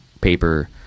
paper